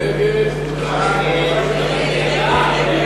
ההסתייגות הראשונה של קבוצת סיעת יהדות